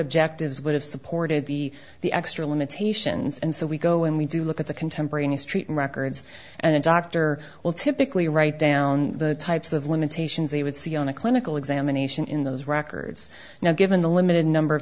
objectives would have supported the the extra limitations and so we go and we do look at the contemporaneous treat records and the doctor will typically write down the types of limitations they would see on a clinical examination in those records now given the limited number of